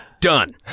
done